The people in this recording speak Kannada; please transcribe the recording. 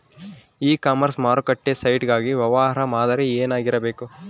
ಇ ಕಾಮರ್ಸ್ ಮಾರುಕಟ್ಟೆ ಸೈಟ್ ಗಾಗಿ ವ್ಯವಹಾರ ಮಾದರಿ ಏನಾಗಿರಬೇಕು?